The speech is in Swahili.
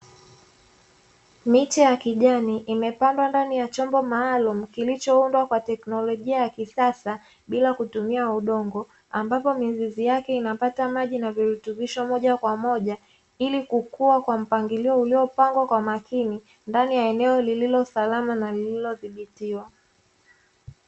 Miche ya kijani imepandwa ndani ya chombo maalumu, kilichoundwa kwa teknolojia ya kisasa bila kutumia udongo, ambapo mizizi yake inapata maji na virutubisho moja kwa moja, ili kukua kwa mpangilio uliopangwa kwa makini, ndani ya eneo lililo salama na lililodhibitiwa.